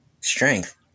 strength